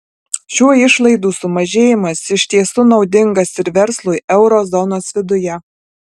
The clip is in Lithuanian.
šių išlaidų sumažėjimas iš tiesų naudingas ir verslui euro zonos viduje